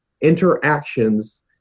interactions